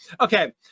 okay